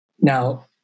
Now